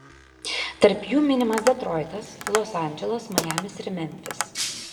tarp jų minimas detroitas los andželas majamis ir memfis